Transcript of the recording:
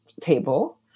table